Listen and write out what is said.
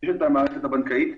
יש את המערכת הבנקאית,